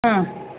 ಹಾಂ